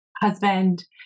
husband